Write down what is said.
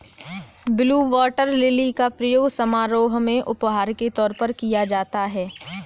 blue water lily का प्रयोग समारोह में उपहार के तौर पर किया जाता है